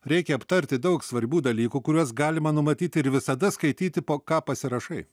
reikia aptarti daug svarbių dalykų kuriuos galima numatyti ir visada skaityti po ką pasirašai